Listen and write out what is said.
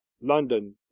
london